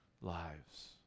lives